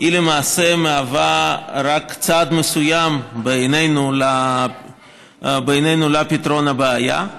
היא למעשה רק צעד מסוים, בעינינו, לפתרון הבעיה.